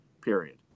period